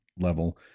level